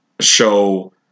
show